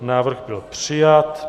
Návrh byl přijat.